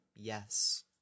Yes